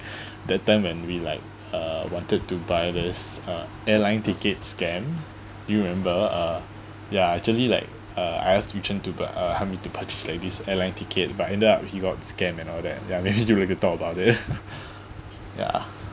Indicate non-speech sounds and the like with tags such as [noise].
[breath] that time when we like uh wanted to buy this uh airline ticket scam you remember uh ya actually like uh I asked Yu Chen b~ uh help me to purchase like this airline ticket but ended up he got scam and all that ya maybe you can talk about it [laughs] [breath] ya